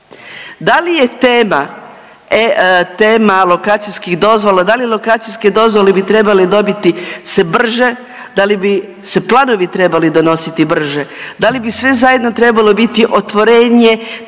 Da li je tama alokacijskih dozvola, da li alokacijske dozvole bi trebale dobiti se brže? Da li bi se planovi trebali donositi brže? Da li bi sve zajedno trebalo biti otvorenje